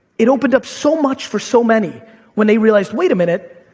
it opened up so much for so many when they realized, wait a minute,